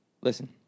Listen